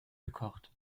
gekocht